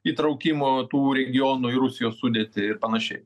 įtraukimo tų regionų į rusijos sudėtį ir panašiai